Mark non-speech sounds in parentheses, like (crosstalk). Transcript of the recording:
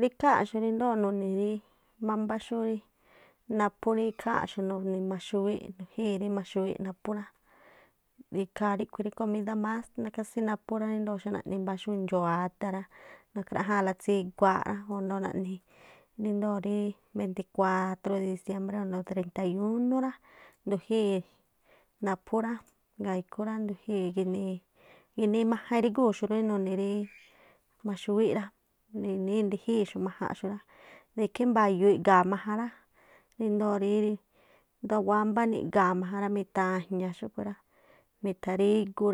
Rí ikháa̱nꞌxu̱ ríndo̱o nuni̱ ríí mámbá xúrí naphú rí (noise) ikháa̱nꞌxu̱ nuni̱ maxúwíꞌ, nu̱jíi̱ rí maxúwíꞌ naphú rá, ikhaa ríkhui̱ rí komidá más kásí naphú rá, i̱ndoo̱ xu naꞌni̱ mbá̱ ndxoo̱ ada̱ rá, nakhráꞌjáa̱nꞌla tsiguaaꞌ rá o̱ ndoo̱ naꞌni ríndoo̱ rí beinti cuátrú de diciembré rá o ndoo̱ treinta wínú rá ndu̱jíi̱ naphú rá, ngaaꞌ ikhú rá ndu̱jíi̱ ginii, ginii̱ majan irígúxu̱ rá rí nuni̱ ri maxúwíꞌ rá. ninii ndujíi̱xu̱ꞌ majanꞌxu̱ꞌ rá de ikhí mba̱yu̱u̱ꞌ iꞌga̱a̱ majan rá, ríndoo̱ ri wámbá niꞌga̱a̱ majan rá mi̱ta̱jña̱ꞌ xúꞌkhu̱ rá, mitharígu